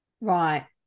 Right